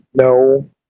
No